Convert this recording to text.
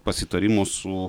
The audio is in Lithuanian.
pasitarimo su